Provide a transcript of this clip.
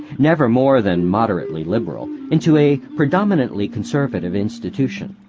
never more than moderately liberal, into a predominantly conservative institution.